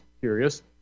curious